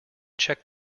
check